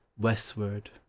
westward